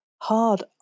Hard